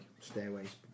Stairways